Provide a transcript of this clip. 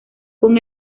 con